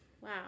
Wow